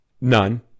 None